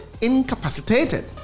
incapacitated